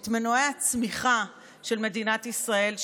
את מנועי הצמיחה של מדינת ישראל,